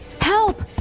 Help